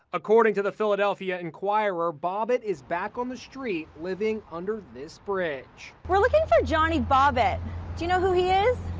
according to the philadelphia enquirer, bobbitt is back on the street, living under this bridge. we're looking for johnny bobbitt. do you know who he is?